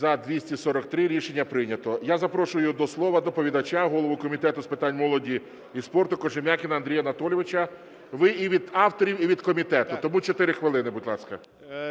За-243 Рішення прийнято. Я запрошую до слова доповідача - голову Комітету з питань молоді і спорту Кожем'якіна Андрія Анатолійовича. Ви і від авторів, і від комітету, тому 4 хвилини, будь ласка.